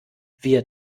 wir